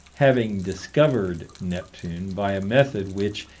having discovered neptune by a method which,